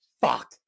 fuck